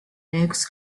legs